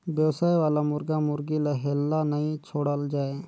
बेवसाय वाला मुरगा मुरगी ल हेल्ला नइ छोड़ल जाए